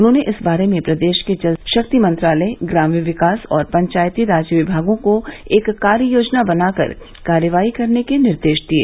उन्होंने इस बारे में प्रदेश के जल शक्ति मंत्रालय ग्राम्य विकास और पंचायती राज विभागों को एक कार्ययोजना बनाकर कार्रवाई करने के निर्देश दिये